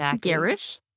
garish